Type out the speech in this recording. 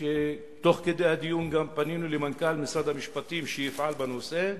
ותוך כדי הדיון גם פנינו למנכ"ל משרד המשפטים שיפעל בנושא,